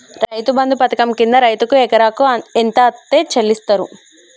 రైతు బంధు పథకం కింద రైతుకు ఎకరాకు ఎంత అత్తే చెల్లిస్తరు?